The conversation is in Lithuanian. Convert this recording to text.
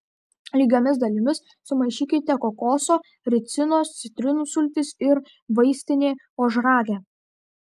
lygiomis dalimis sumaišykite kokoso ricinos citrinų sultis ir vaistinė ožragę